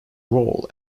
role